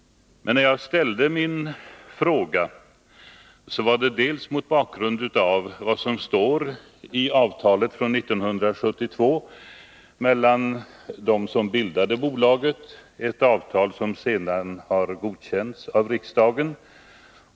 Men jag ställde min fråga delvis mot bakgrund av vad som står i avtalet från 1972 mellan dem som bildade SOSAB, ett avtal som sedan godkändes av riksdagen.